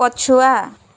ପଛୁଆ